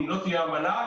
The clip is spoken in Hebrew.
אם לא תהיה אמנה.